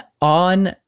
on